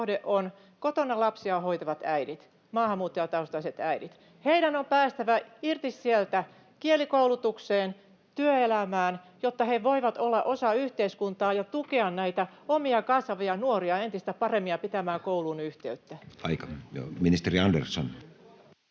on kotona lapsiaan hoitavat äidit, maahanmuuttajataustaiset äidit. Heidän on päästävä irti sieltä kielikoulutukseen, työelämään, jotta he voivat olla osa yhteiskuntaa ja tukea näitä omia kasvavia nuoria entistä paremmin ja pitää kouluun yhteyttä. [Puhemies: